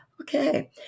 Okay